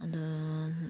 ꯑꯗꯨꯝ